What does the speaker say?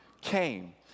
came